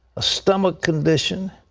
a stomach condition.